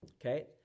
okay